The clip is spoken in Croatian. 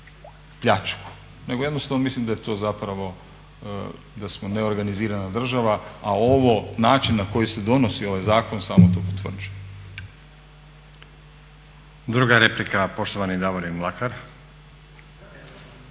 pljačku, nego jednostavno mislim da je to zapravo, da smo neorganizirana država a ovo način na koji se donosi ovaj zakon samo to potvrđuje. **Stazić, Nenad (SDP)** Druga replika poštovani Davorin Mlakar.